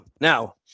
Now